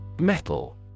Metal